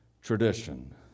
tradition